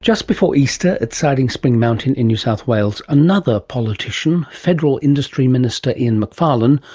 just before easter at siding spring mountain in new south wales another politician, federal industry minister ian macfarlane,